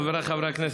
חבריי חברי הכנסת,